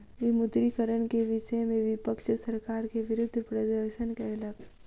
विमुद्रीकरण के विषय में विपक्ष सरकार के विरुद्ध प्रदर्शन कयलक